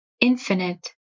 infinite